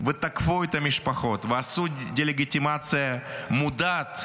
ותקפו את המשפחות ועשו דה לגיטימציה מודעת